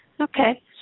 Okay